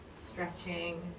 stretching